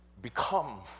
Become